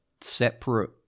separate